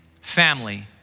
family